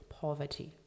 poverty